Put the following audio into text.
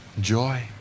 joy